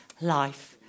life